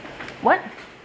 what